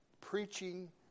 preaching